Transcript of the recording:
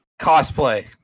Cosplay